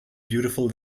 beautiful